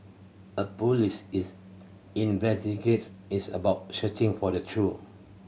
a police is investigate is about searching for the true